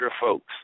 folks